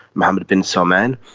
mohammed bin salman.